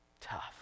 tough